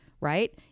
right